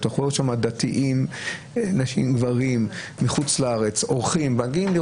והוא אמר: אני לא